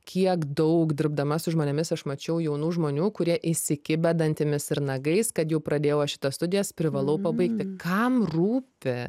kiek daug dirbdama su žmonėmis aš mačiau jaunų žmonių kurie įsikibę dantimis ir nagais kad jau pradėjau va šitas studijas privalau pabaigti kam rūpi